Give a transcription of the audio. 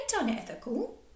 unethical